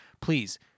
Please